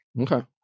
Okay